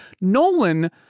Nolan